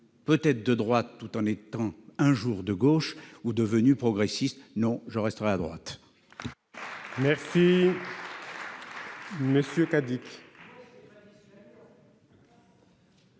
peut-être de droite, tout en étant un jour de gauche ou devenu progressiste. Non ! Je resterai à droite.